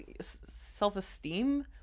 self-esteem